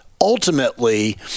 ultimately